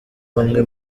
bamwe